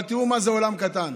אבל תראו מה זה עולם קטן.